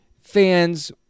fans